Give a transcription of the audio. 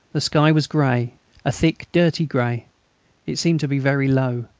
the sky was grey a thick, dirty grey it seemed to be very low,